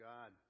God